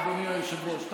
אדוני היושב-ראש,